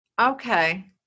Okay